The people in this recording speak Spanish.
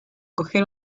coger